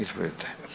Izvolite.